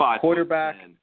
quarterback